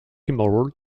immoral